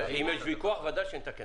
אם יש ויכוח, בוודאי שנתקן